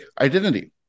identity